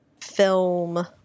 film